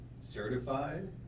certified